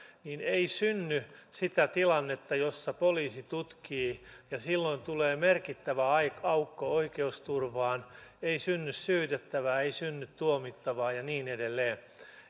niin ei synny sitä tilannetta jossa poliisi tutkii ja silloin tulee merkittävä aukko oikeusturvaan ei synny syytettävää ei synny tuomittavaa ja niin edelleen